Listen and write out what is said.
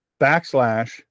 backslash